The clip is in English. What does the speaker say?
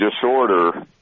disorder